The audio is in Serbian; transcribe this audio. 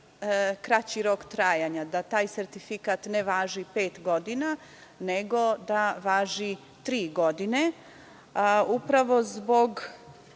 kraći rok trajanja, da ne važi pet godina, nego da važi tri godine, upravo zbog